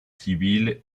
civil